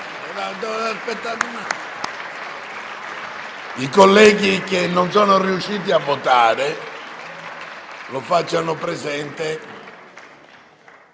I colleghi che non sono riusciti a votare lo facciano presente